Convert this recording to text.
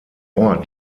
ort